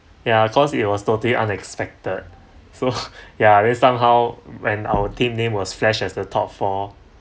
ya cause it was totally unexpected so ya then somehow when our team name was flashed as the top four